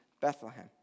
Bethlehem